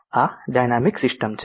આ dynamic systems છે